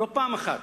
לא פעם אחת.